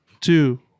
two